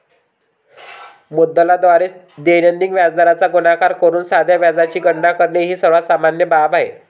मुद्दलाद्वारे दैनिक व्याजदराचा गुणाकार करून साध्या व्याजाची गणना करणे ही सर्वात सामान्य बाब आहे